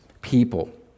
people